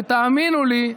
ותאמינו לי,